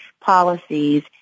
policies